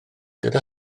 gyda